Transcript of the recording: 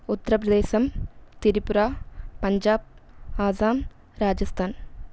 Uttar Pradesh Tripura Punjab Assam Rajasthan